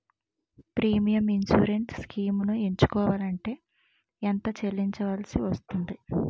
Premium insurance schemes ఎంచుకోవలంటే ఎంత చల్లించాల్సివస్తుంది??